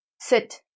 sit